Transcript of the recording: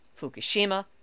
Fukushima